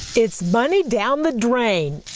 it's money down the drain.